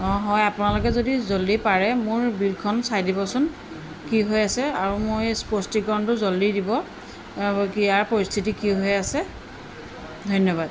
অ' হয় আপোনালোকে যদি জল্ডি পাৰে মোৰ বিলখন চাই দিবচোন কি হৈ আছে আৰু মোৰ এই স্পষ্টিকৰণটো জল্ডি দিব ইয়াৰ পৰিস্থিতি কি হৈ আছে ধন্যবাদ